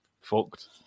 fucked